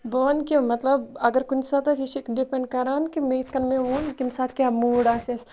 بہٕ وَنہٕ کہِ مَطلَب اَگَر کُنہِ ساتہٕ اَسہِ یہِ چھِ ڈِپینٛڈ کَران کہِ مےٚ یِتھٕ کٔنۍ مےٚ ووٚن کمہِ ساتہٕ کیٛاہ موٗڑ آسہِ اَسہِ